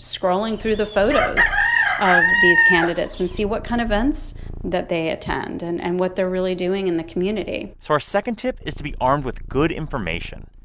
scrolling through the photos of these candidates and see what kind of events that they attend and and what they're really doing in the community so our second tip is to be armed with good information.